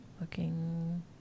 Looking